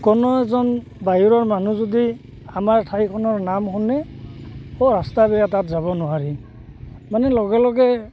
কোনো এজন বাহিৰৰ মানুহ যদি আমাৰ ঠাইখনৰ নাম শুনে অ' ৰাস্তা বেয়া তাত যাব নোৱাৰি মানে লগে লগে